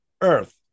Earth